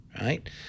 right